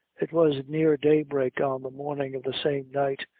it was near daybreak on the morning of the same night,